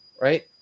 right